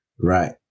Right